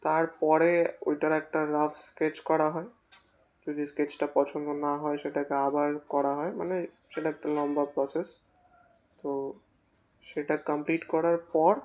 তার পরে ওইটার একটা রাফ স্কেচ করা হয় যদি স্কেচটা পছন্দ না হয় সেটাকে আবার করা হয় মানে সেটা একটা লম্বা প্রসেস তো সেটা কমপ্লিট করার পর